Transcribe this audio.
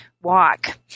walk